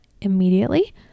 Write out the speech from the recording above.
immediately